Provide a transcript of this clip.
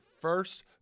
first